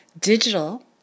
Digital